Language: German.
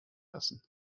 lassen